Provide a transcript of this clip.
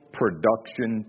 production